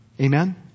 Amen